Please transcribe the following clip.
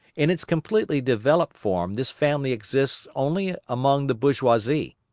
in its completely developed form this family exists only among the bourgeoisie.